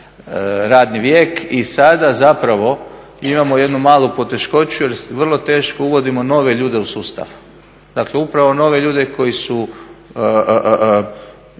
radni vijek i sada zapravo imamo jednu malu poteškoću jer vrlo teško uvodimo nove ljude u sustav. Dakle upravo nove ljude koji su